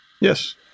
Yes